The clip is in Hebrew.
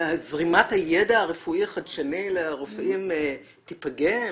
זרימת הידע הרפואי החדשני לרופאים תיפגם?